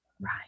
Right